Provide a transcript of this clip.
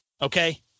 Okay